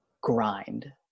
grind